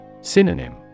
Synonym